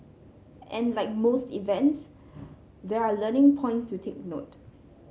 and like most events there are learning points to take note